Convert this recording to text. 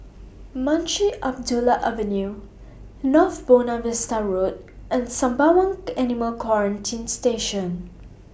Munshi Abdullah Avenue North Buona Vista Road and Sembawang Animal Quarantine Station